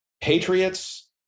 patriots